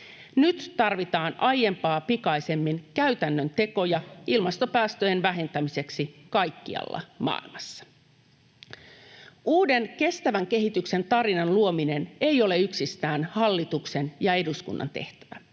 Nyt tarvitaan aiempaa pikaisemmin käytännön tekoja ilmastopäästöjen vähentämiseksi kaikkialla maailmassa. Uuden kestävän kehityksen tarinan luominen ei ole yksistään hallituksen ja eduskunnan tehtävä,